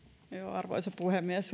arvoisa puhemies